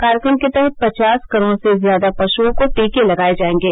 कार्यक्रम के तहत पचास करोड़ से ज्यादा पशुओं को टीके लगाए जाएंगे